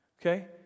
okay